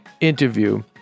interview